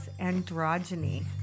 Androgyny